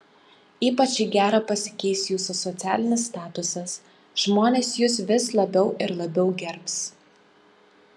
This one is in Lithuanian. ypač į gerą pasikeis jūsų socialinis statusas žmonės jus vis labiau ir labiau gerbs